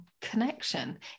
connection